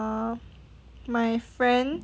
my friend